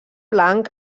blanc